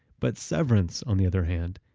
but severance, on the other hand,